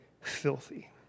filthy